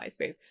MySpace